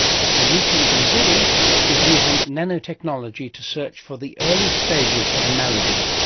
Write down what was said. dr noushin nasiri is using nanotechnology to search for the early stages of malady.